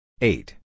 eight